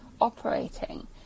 operating